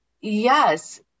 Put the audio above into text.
yes